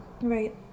Right